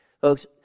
Folks